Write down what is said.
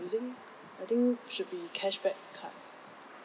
using I think should be cashback card